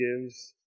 gives